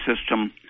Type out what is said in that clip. system